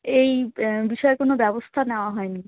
এই বিষয়ে কোনো ব্যবস্থা নেওয়া হয় নি